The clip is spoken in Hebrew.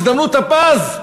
הזדמנות הפז,